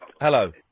Hello